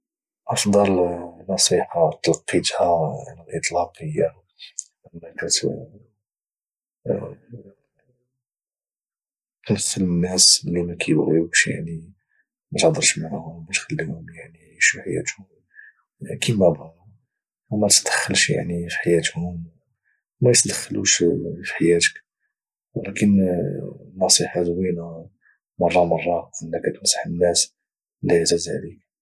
افضل نصيحه تلقيتها على الاطلاق هي انك تنخل الناس اللي ما كايبغيوكش يعني ما تهضرش معهم وتخليهم يعني يعيشوا حياتهم كيما بغاو ما تدخلش يعني في حياتهم وما يتدخلوش في حياتك ولكن النصيحة زوينة مرة مرة انك تنصح الناس اللي عزاز عليك